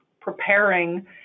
preparing